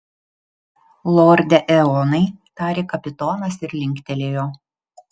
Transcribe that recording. lorde eonai tarė kapitonas ir linktelėjo